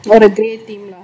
or the grey theme lah